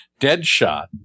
Deadshot